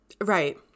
Right